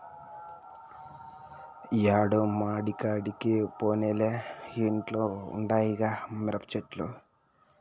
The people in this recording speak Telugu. యాడో మడికాడికి పోనేలే ఇంట్ల ఉండాయిగా మిరపచెట్లు